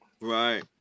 Right